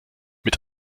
mit